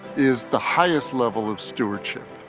is the highest level of stewardship.